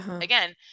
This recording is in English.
again